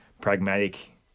pragmatic